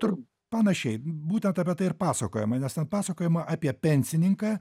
tur panašiai būtent apie tai ir pasakojama nes ten pasakojama apie pensininką